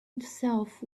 itself